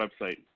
website